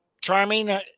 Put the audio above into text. charming